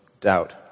doubt